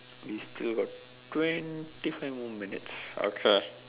we still got twenty five more minutes okay